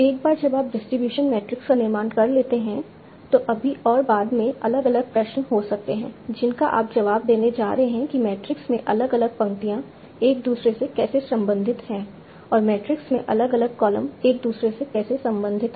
एक बार जब आप डिस्ट्रीब्यूशन मैट्रिक्स का निर्माण कर लेते हैं तो अभी और बाद में अलग अलग प्रश्न हो सकते हैं जिनका आप जवाब देने जा रहे हैं कि मैट्रिक्स में अलग अलग पंक्तियाँ एक दूसरे से कैसे संबंधित हैं और मैट्रिक्स में अलग अलग कॉलम एक दूसरे से कैसे संबंधित हैं